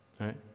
right